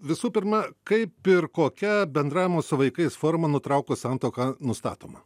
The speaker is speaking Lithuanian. visų pirma kaip ir kokia bendravimo su vaikais forma nutraukus santuoką nustatoma